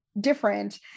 different